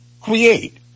Create